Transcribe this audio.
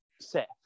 set